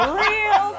real